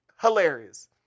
Hilarious